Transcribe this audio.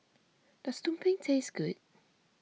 does Tumpeng taste good